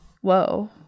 Whoa